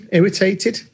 Irritated